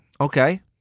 Okay